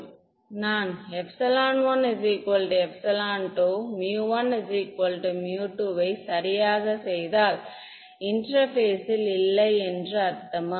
நான் 12 1 2 ஐ சரியாக செய்தால் இன்டெர்பேஸ் இல்லை என்று அர்த்தமா